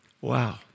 Wow